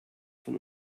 von